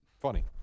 funny